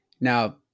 Now